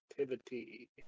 activity